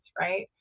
right